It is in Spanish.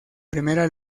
primera